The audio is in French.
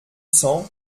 cents